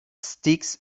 sticks